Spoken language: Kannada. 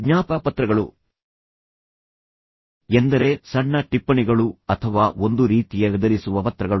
ಜ್ಞಾಪಕ ಪತ್ರಗಳು ಎಂದರೆ ಸಣ್ಣ ಟಿಪ್ಪಣಿಗಳು ಅಥವಾ ಒಂದು ರೀತಿಯ ಗದರಿಸುವ ಪತ್ರಗಳು